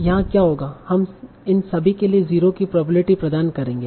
यहाँ क्या होगा हम इन सभी के लिए 0 की प्रोबेबिलिटी प्रदान करेंगे